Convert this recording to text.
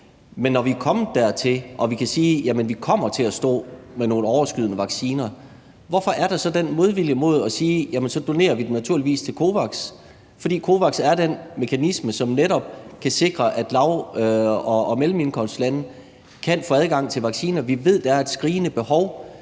men når vi er kommet dertil, at vi kan sige, at vi kommer til at stå med nogle overskydende vacciner, hvorfor er der så den modvilje mod at sige, at vi naturligvis donerer dem til COVAX? For COVAX er den mekanisme, som netop kan sikre, at lav- og mellemindkomstlande kan få adgang til vacciner, og vi ved, der er et skrigende behov.